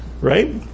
right